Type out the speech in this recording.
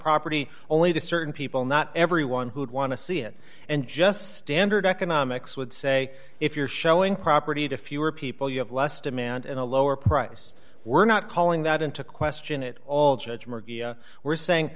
property only to sir people not everyone who would want to see it and just standard economics would say if you're showing property to fewer people you have less demand and a lower price we're not calling that into question at all judgment we're saying